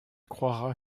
croira